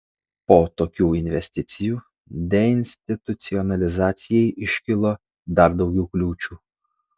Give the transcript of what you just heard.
po tokių investicijų deinstitucionalizacijai iškilo dar daugiau kliūčių